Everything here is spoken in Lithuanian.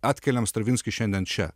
atkeliam stravinskį šiandien čia